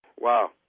wow